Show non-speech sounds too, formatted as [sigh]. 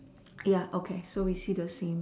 [noise] ya okay so we see the same